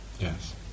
Yes